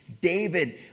David